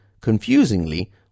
confusingly